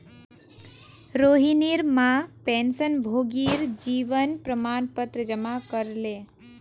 रोहिणीर मां पेंशनभोगीर जीवन प्रमाण पत्र जमा करले